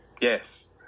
Yes